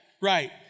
Right